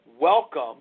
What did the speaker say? welcome